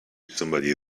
somebody